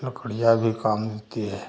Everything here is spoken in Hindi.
तो फिर यह भी काम की है